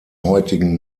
heutigen